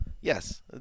yes